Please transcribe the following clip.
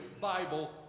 Bible